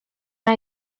and